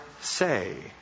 say